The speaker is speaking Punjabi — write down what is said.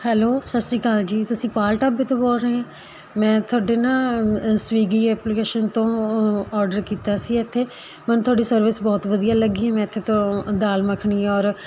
ਹੈਲੋ ਸਤਿ ਸ਼੍ਰੀ ਅਕਾਲ ਜੀ ਤੁਸੀਂ ਪਾਲ ਢਾਬੇ ਤੋਂ ਬੋਲ ਰਹੇ ਮੈਂ ਤੁਹਾਡੇ ਨਾ ਸਵਿਗੀ ਐਪਲੀਕੇਸ਼ਨ ਤੋਂ ਔਰਡਰ ਕੀਤਾ ਸੀ ਇੱਥੇ ਮੈਨੂੰ ਤੁਹਾਡੀ ਸਰਵਿਸ ਬਹੁਤ ਵਧੀਆ ਲੱਗੀ ਮੈਂ ਇੱਥੇ ਤੋਂ ਦਾਲ ਮੱਖਣੀ ਔਰ